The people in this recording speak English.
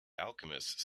alchemists